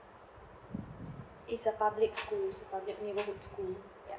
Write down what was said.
It's a public school public university school